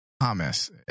Thomas